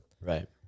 Right